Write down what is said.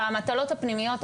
והמטלות הפנימיות,